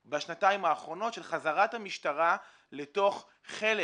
בשנתיים האחרונות התחיל תהליך של חזרת המשטרה לתוך חלק